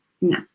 no